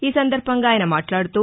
ఈ సందర్బంగా ఆయన మాట్లాడుతూ